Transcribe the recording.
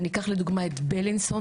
אקח לדוגמה את בילינסון.